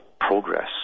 progress